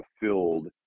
fulfilled